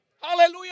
Hallelujah